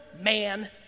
man